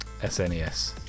SNES